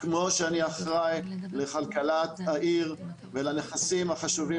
כמו שאני אחראי לכלכלת העיר ולנכסים החשובים